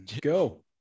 Go